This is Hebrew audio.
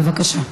בבקשה.